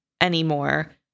anymore